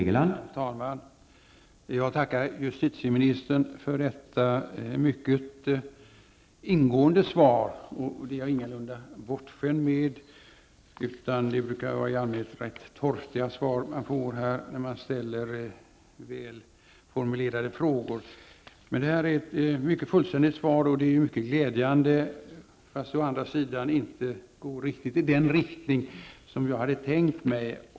Herr talman! Jag tackar justitieministern för detta mycket ingående svar. Det är jag ingalunda bortskämd med. Man brukar i allmänhet få mycket torftiga svar när man ställer välformulerade frågor. Men detta är ett mycket fullständigt svar, vilket är mycket glädjande, men det går inte riktigt i den riktning som jag hade tänkt mig.